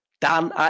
Dan